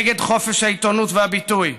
נגד חופש העיתונות והביטוי,